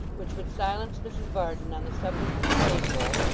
which would silence mrs varden on the subject of the maypole,